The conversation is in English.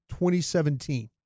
2017